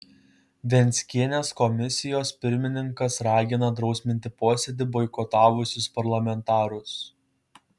venckienės komisijos pirmininkas ragina drausminti posėdį boikotavusius parlamentarus